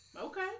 Okay